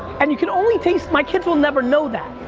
and you can only taste, my kids will never know that.